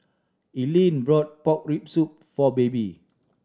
Ilene brought pork rib soup for Baby